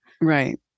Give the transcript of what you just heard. Right